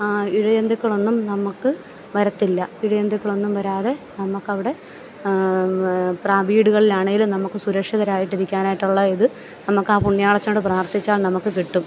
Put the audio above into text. ഇഴ ജന്തുക്കളൊന്നും നമുക്ക് വരത്തില്ല ഇഴ ജന്ധുക്കളൊന്നും വരാതെ നമുക്ക് അവിടെ പ്രാർത്ഥന വീടുകളിലാണേലും നമുക്ക് സുരക്ഷിതരായിട്ട് ഇരിക്കാനായിട്ടുള്ള ഇത് നമുക്ക് ആ പുണ്യാളച്ചനോട് പ്രാർത്ഥിച്ചാൽ നമുക്ക് കിട്ടും